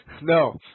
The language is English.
No